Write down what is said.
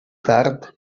tard